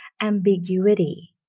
ambiguity